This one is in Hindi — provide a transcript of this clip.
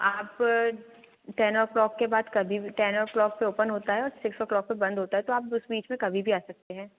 आप टेन ओ क्लॉक के बाद कभी भी टेन ओ क्लॉक पर ओपन होता है और सिक्स ओ क्लॉक पर बंद होता है तो आप उस बीच में कभी भी आ सकते हैं